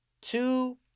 two